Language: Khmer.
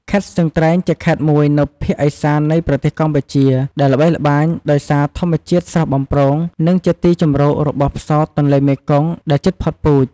ខេត្តស្ទឹងត្រែង ជាខេត្តមួយនៅភាគឦសាននៃប្រទេសកម្ពុជា ដែលល្បីល្បាញដោយសារធម្មជាតិស្រស់បំព្រង និងជាទីជម្រករបស់ផ្សោតទន្លេមេគង្គដែលជិតផុតពូជ។